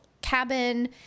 cabin